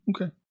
Okay